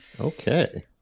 Okay